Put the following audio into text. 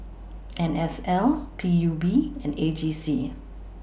N S L P U B and A G C